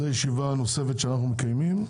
זו ישיבה נוספת שאנחנו מקיימים,